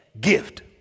gift